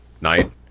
night